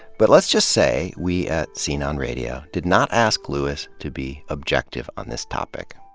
but let's just say, we at scene on radio did not ask lewis to be objective on this topic.